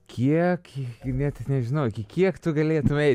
kiek net nežinau kiek tu galėtum eit